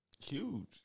Huge